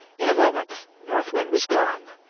in a moment north wind was gone,